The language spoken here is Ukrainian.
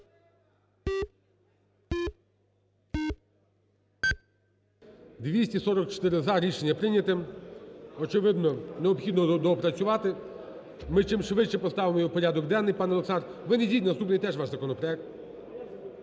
За-244 Рішення прийнято. Очевидно, необхідно доопрацювати. Ми чим швидше поставимо його в порядок денний, пан Олександр. Ви не йдіть, наступний – теж ваш законопроект.